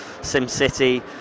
SimCity